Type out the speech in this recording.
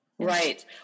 Right